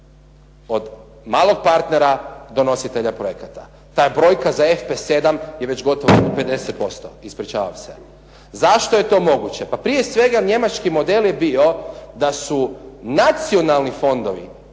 od malog partnera do nositelja projekata. Ta je brojka za FP7 je već gotovo 50%, ispričavam se. Zašto je to moguće? Pa prije svega njemački model je bio da su nacionalni fondovi